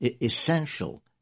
essential